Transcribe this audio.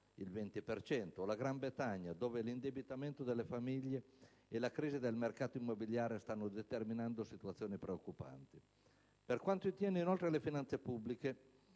o la Gran Bretagna, dove l'indebitamento delle famiglie e la crisi del mercato immobiliare stanno determinando situazioni preoccupanti. Inoltre, per quanto attiene alle finanze pubbliche,